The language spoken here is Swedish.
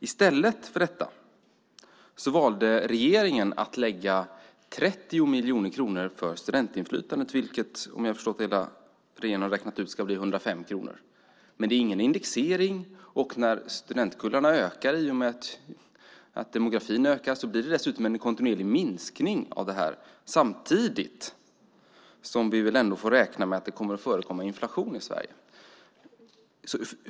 I stället valde regeringen att lägga 30 miljoner kronor på studentinflytandet, vilket enligt regeringen blir 105 kronor per helårsstudent. Det är dock ingen indexering, och när studentkullarna ökar blir det en kontinuerlig minskning samtidigt som vi får räkna med att det kommer att förekomma inflation i Sverige.